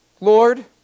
Lord